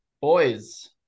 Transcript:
Boys